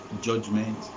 judgment